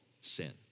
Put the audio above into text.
sin